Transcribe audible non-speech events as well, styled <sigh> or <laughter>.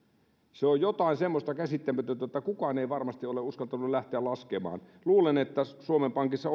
se on jotain semmoista käsittämätöntä että kukaan ei varmasti ole uskaltanut lähteä laskemaan luulen että suomen pankissa <unintelligible>